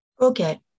Okay